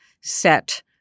set